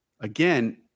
again